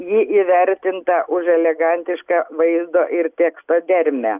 ji įvertinta už elegantišką vaizdo ir teksto dermę